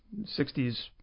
60s